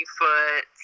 foot